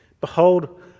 Behold